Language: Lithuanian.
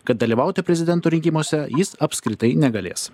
kad dalyvauti prezidento rinkimuose jis apskritai negalės